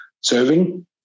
serving